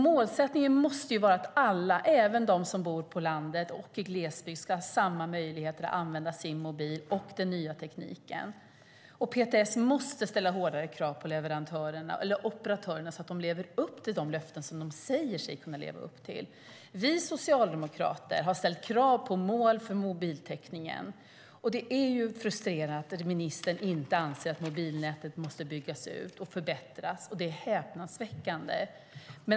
Målsättningen måste vara att alla, även de som bor på landet och i glesbygd, ska ha samma möjligheter att använda sin mobil och den nya tekniken. Och PTS måste ställa hårdare krav på leverantörerna eller operatörerna så att de lever upp till de löften som de säger sig kunna leva upp till. Vi socialdemokrater har ställt krav på mål för mobiltäckningen. Det är frustrerande att ministern inte anser att mobilnätet måste byggas ut och förbättras. Det är häpnadsväckande.